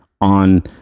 on